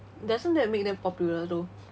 doesn't that make them popular though